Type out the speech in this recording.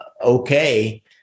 okay